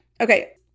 Okay